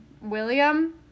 William